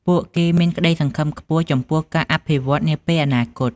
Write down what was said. ពួកគេមានក្ដីសង្ឃឹមខ្ពស់ចំពោះការអភិវឌ្ឍន៍នាពេលអនាគត។